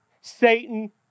Satan